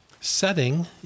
setting